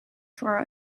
for